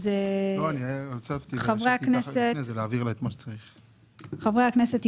בסעיף 85ב, סעיפים קטנים